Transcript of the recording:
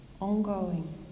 ongoing